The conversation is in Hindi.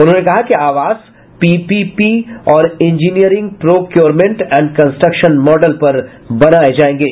उन्होंने कहा कि आवास पीपीपी और engineering procurement and construction model पर बनेंगे